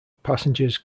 passengers